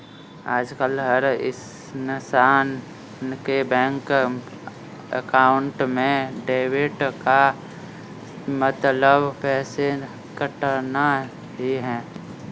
आजकल हर इन्सान के बैंक अकाउंट में डेबिट का मतलब पैसे कटना ही है